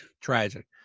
Tragic